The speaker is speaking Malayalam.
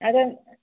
അത്